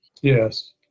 yes